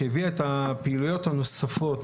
שהביאה את הפעילויות הנוספות.